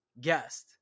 guest